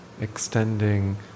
extending